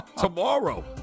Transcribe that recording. tomorrow